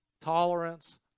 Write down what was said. tolerance